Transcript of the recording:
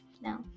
no